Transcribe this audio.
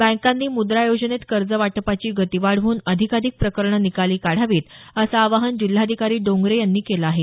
बँकांनी मुद्रा योजनेत कर्ज वाटपाची गती वाढवून अधिकाधिक प्रकरणं निकाली काढावीत असं आवाहन जिल्हाधिकारी डोंगरे यांनी केलं आहे